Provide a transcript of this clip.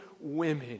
women